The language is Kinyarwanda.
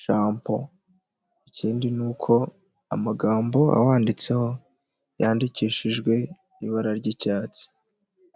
shapo, ikindi ni uko amagambo awanditseho yandikishijwe ibara ry'icyatsi.